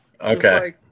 Okay